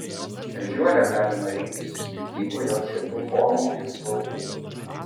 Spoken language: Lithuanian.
ežiuolę galima rinktis iš skirtingų jos žiedų formų ir spalvų